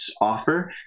offer